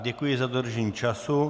Děkuji za dodržení času.